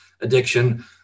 addiction